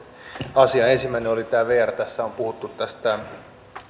asiaan ensimmäinen oli tämä vr tässä on puhuttu tästä